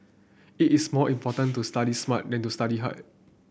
it is more important to study smart than to study hard